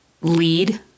lead